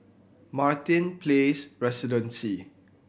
Martin Place Residences